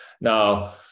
Now